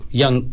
young